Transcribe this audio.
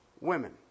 women